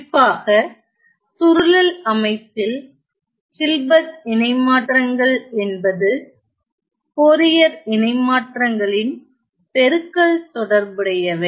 குறிப்பாக சுருளல் அமைப்பில் ஹில்பர்ட் இணைமாற்றங்கள் என்பது போரியர் இணைமாற்றங்களின் பெருக்கல் தொடர்புடையவை